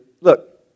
look